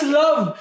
love